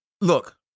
Look